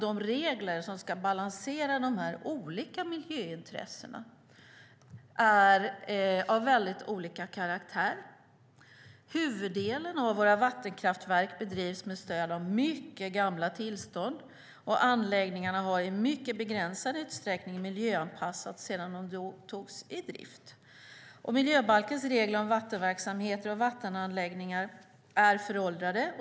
De regler som ska balansera de olika miljöintressena är av väldigt olika karaktär. Huvuddelen av våra vattenkraftverk bedrivs med stöd av mycket gamla tillstånd. Anläggningarna har i mycket begränsad utsträckning miljöanpassats sedan de togs i drift. Miljöbalkens regler som vattenverksamhet och vattenanläggningar är föråldrade.